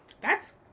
That's-